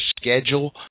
schedule